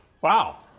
Wow